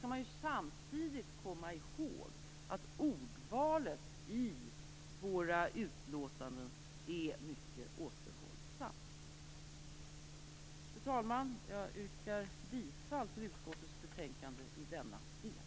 Samtidigt skall man komma i håg att ordvalet i våra utlåtanden är mycket återhållsamt. Fru talman! Jag yrkar på godkännande av utskottets anmälan i denna del.